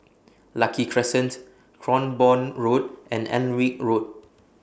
Lucky Crescent Cranborne Road and Alnwick Road